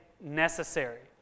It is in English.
necessary